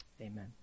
Amen